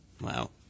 Wow